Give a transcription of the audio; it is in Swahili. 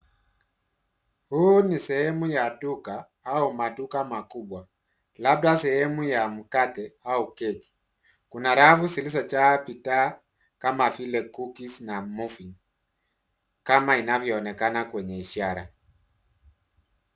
Huu ni sehemu ya duka au maduka makubwa, labda sehemu ya mkate au keki. Kuna rafu zilizojaa bidhaa kama vile cookies na muffins kama inavyoonekana kwenye ishara.